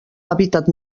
hàbitat